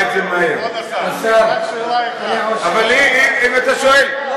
אם אתה שואל,